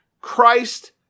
Christ